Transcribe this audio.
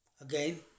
again